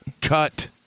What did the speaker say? cut